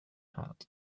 hat